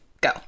go